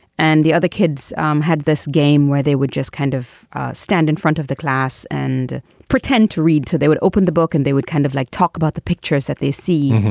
and the other kids um had this game where they would just kind of stand in front of the class and pretend to read to they would open the book and they would kind of like talk about the pictures that they see.